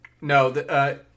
No